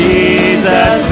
Jesus